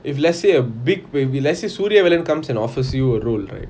if let's say a big maybe let's say suria ever comes and offers you a role right